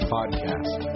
Podcast